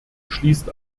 schließt